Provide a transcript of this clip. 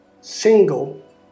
single